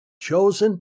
chosen